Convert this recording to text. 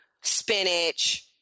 spinach